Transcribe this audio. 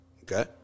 okay